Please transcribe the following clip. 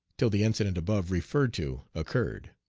till the incident above referred to occurred.